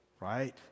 right